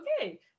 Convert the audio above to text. okay